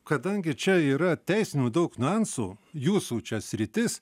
kadangi čia yra teisinių daug niuansų jūsų čia sritis